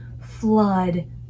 flood